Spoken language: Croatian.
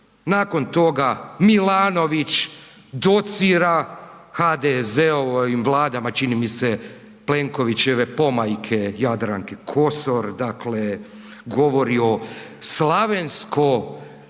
nakon toga Milanović docira HDZ-ovim vladama čini mi se Plenkovićeve pomajke Jadranke Kosor, dakle govori o slavensko